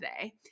today